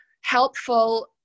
helpful